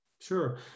Sure